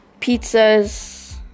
pizzas